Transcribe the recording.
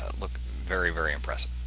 ah look very, very impressive.